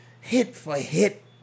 hit-for-hit